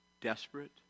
Desperate